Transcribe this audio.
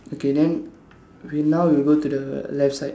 okay then we now we go to the left side